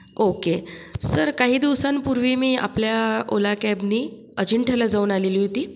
okay sir काही दिवसांपूर्वी मी आपल्या ओला कॅबनी अजिंठ्याला जाऊन आलेली होती